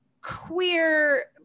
queer